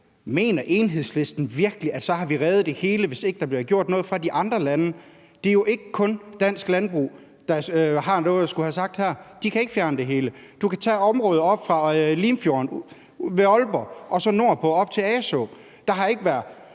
Mener Enhedslisten virkelig, at så har vi reddet det hele, hvis ikke der bliver gjort noget i de andre lande? Det er jo ikke kun dansk landbrug, der har noget at skulle have sagt her. De kan ikke fjerne det hele. Du kan tage området oppe ved Limfjorden fra Aalborg og så nordpå op til Asaa: Der har ikke været